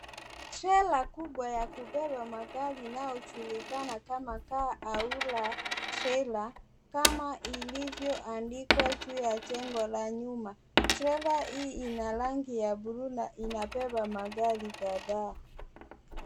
Trela kubwa ya kubeba magari inao tulikana kama Car Hauler treiler. Kama ilivyoandikwa juu ya jengo la nyuma. Trela hii ina rangi ya blu na, inabeba magari kadhaa.